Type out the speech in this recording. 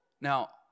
Now